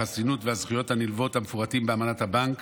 החסינות והזכויות הנלוות המפורטים באמנת הבנק